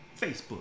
facebook